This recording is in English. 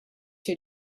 two